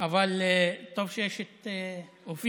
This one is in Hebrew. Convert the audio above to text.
אבל טוב שיש את אופיר.